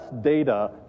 data